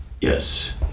yes